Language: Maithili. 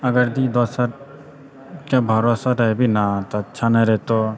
अगर यदि दोसरके भरोसे रहबिहि ने तऽ अच्छा नहि रहितौ